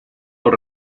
los